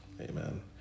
Amen